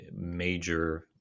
major